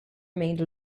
remained